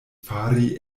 fari